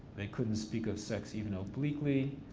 they couldn't speak of sex even obliquely,